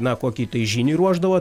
na kokį tai žynį ruošdavo